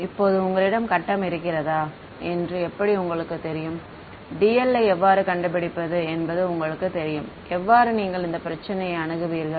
இப்போது உங்களிடம் கட்டம் இருக்கிறதா என்று எப்படி உங்களுக்கு தெரியும் dl ஐ எவ்வாறு கண்டுபிடிப்பது என்பது உங்களுக்குத் தெரியும் எவ்வாறு நீங்கள் இந்த பிரச்சனையை அணுகுவீர்கள்